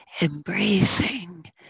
embracing